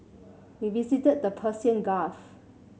we visited the Persian Gulf